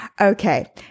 Okay